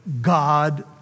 God